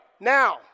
now